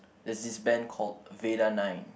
there's this band called Vadar Nine